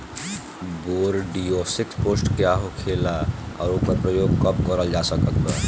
Bordeaux paste का होखेला और ओकर प्रयोग कब करल जा सकत बा?